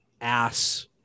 ass